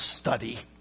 study